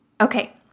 Okay